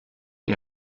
est